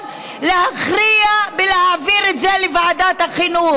להכריע אם להעביר את זה לוועדת החינוך.